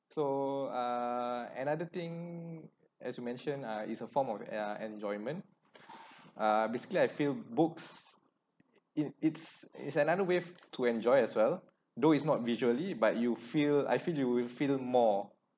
so uh another thing as you mentioned uh it's a form of uh enjoyment uh basically I feel books in it's it's another way to enjoy as well though is not visually but you feel I feel you will feel more